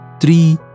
three